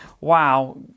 wow